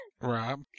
Rob